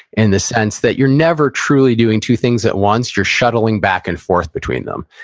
in the sense that, you're never truly doing two things at once, you're shuttling back and forth between them.